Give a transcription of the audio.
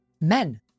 men